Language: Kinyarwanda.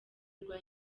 rwa